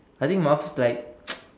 I think Marfus like